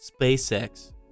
SpaceX